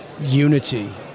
unity